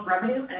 revenue